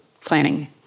planning